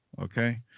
okay